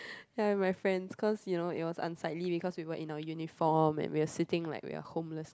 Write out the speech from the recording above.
ya my friends cause you know it was unsightly because we were in our uniform and we are sitting like we are homeless